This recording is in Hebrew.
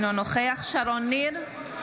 אינו נוכח שרון ניר,